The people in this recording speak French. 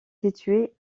situé